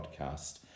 podcast